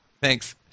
Thanks